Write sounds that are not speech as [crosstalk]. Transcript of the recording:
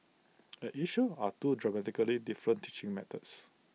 [noise] at issue are two dramatically different teaching methods